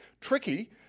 tricky